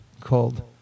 called